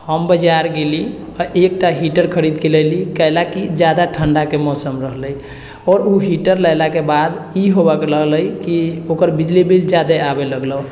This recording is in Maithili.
हम बजार गेली आ एकटा हीटर खरीदके लए ली कए ला कि जादा ठण्डाके मौसम रहलै आओर ओ हीटर लेलाके बाद ई होबऽके लगलै कि ओकर बिजली बिल जादे आबे लागलहुँ